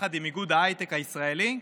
עם איגוד ההייטק הישראלי,